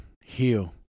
heal